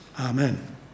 Amen